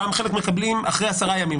חלק מקבלים אחרי עשרה ימים,